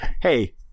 hey